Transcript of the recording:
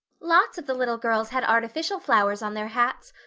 lots of the little girls had artificial flowers on their hats.